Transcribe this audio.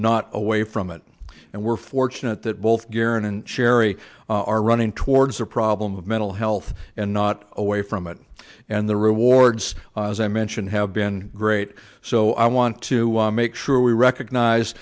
not away from it and we're fortunate that both gerund and sherry are running towards a problem of mental health and not away from it and the rewards as i mentioned have been great so i want to make sure we recognize